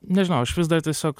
nežinau aš vis dar tiesiog